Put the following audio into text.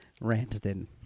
Ramsden